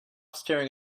staring